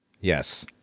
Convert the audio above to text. Yes